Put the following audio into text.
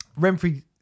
renfrey